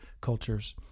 cultures